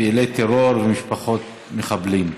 פעילי טרור ומשפחות מחבלים.